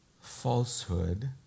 falsehood